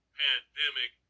pandemic